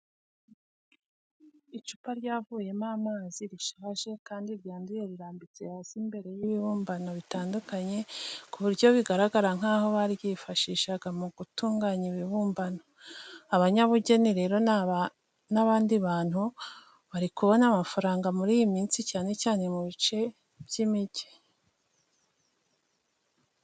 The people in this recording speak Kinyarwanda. Icupa ryavuyemo amazi, rishaje kandi ryanduye rirambitse hasi imbere y'ibibumbano bitandukanye ku buryo bigaragara nk'aho baryifashishaga mu gutunganya ibibumbano. Abanyabugeni rero ni abandi bantu bari kubona amafaranga muri iyi minsi cyane cyane mu bice by'imigi.